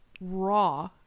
raw